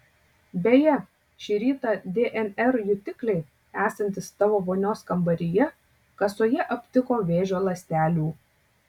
beje šį rytą dnr jutikliai esantys tavo vonios kambaryje kasoje aptiko vėžio ląstelių